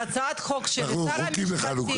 בהצעת החוק של שר המשפטים,